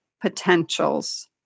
potentials